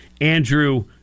Andrew